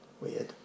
weird